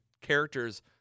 characters